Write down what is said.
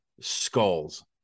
skulls